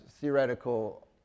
theoretical